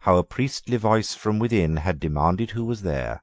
how a priestly voice from within had demanded who was there,